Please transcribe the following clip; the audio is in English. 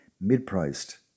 mid-priced